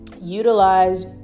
utilize